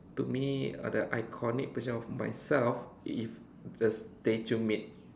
to me uh the iconic position of myself if the statue made